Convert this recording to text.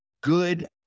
good